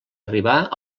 arribar